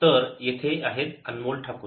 तर येथे आहे अनमोल ठाकूर